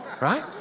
right